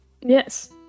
Yes